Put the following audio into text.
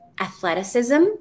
athleticism